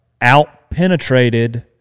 out-penetrated